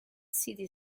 city